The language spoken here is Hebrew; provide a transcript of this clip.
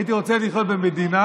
הייתי רוצה לחיות במדינה,